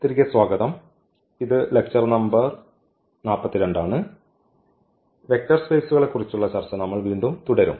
തിരികെ സ്വാഗതം ഇത് ലെക്ച്ചർ നമ്പർ 42 ആണ് വെക്റ്റർ സ്പെയ്സുകളെക്കുറിച്ചുള്ള ചർച്ച നമ്മൾ വീണ്ടും തുടരും